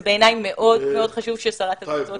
זה בעיניי מאוד מאוד חשוב ששרת התפוצות תדע.